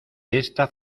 esta